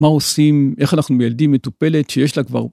מה עושים, איך אנחנו מיילדים מטופלת שיש לה כבר.